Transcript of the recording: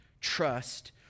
trust